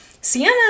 Sienna